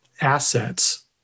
assets